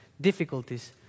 difficulties